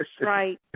Right